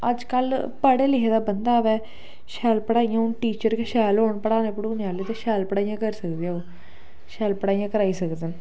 अजकल पढ़े लिखे दा बंदा होन शैल पढ़ाइयां होन टीचर बी शैल होन पढ़ाने पढ़ूने आह्ले ते शैल पढ़ाईयां करी सकदे ओ शैल पढ़ाइयां कराई सकदे